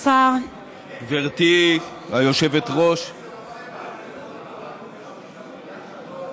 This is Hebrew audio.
קודם זה היה משלוח דמי חנוכה לחנוכה, תודה רבה.